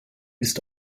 ist